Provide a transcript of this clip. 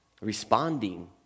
responding